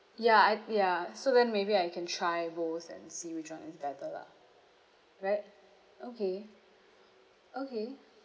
ya I'd ya so then maybe I can try both and see which one is better lah right okay okay